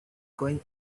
going